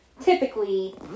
typically